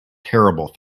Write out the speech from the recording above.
terrible